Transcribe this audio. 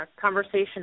conversation